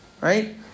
right